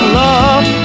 love